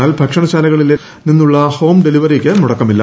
എന്നാൽ ഭക്ഷണശാലകളിൽ നിന്നുള്ള ഹോം ഡെലിവറിക്ക് മുടക്കമില്ല